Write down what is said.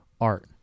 art